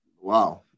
Wow